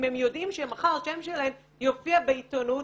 הם יודעים שמחר השם שלהם יופיעו בעיתונות,